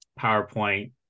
PowerPoint